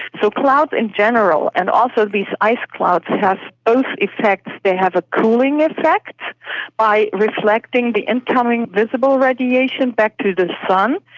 so clouds in general and also these ice clouds have both effects, they have a cooling effect by reflecting the incoming visible radiation back to the sun,